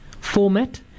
format